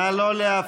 נא לא להפריע.